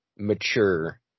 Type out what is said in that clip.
mature